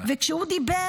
כשהוא דיבר,